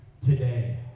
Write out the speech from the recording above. today